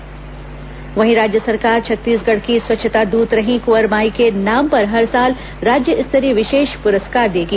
कुंवर बाई पुरस्कार राज्य सरकार छत्तीसगढ़ की स्वच्छता दूत रहीं कुंवर बाई के नाम पर हर साल राज्य स्तरीय विशेष पुरस्कार देगी